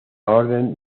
orden